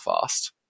fast